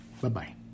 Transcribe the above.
Bye-bye